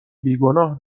بیگناه